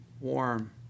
warm